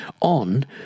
on